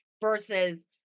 versus